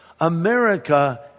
America